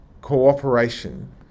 cooperation